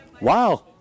Wow